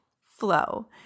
flow